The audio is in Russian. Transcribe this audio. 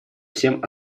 всем